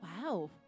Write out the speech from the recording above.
Wow